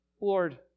Lord